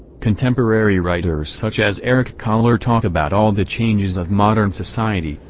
contemporary writers such as erich kahler talk about all the changes of modern society,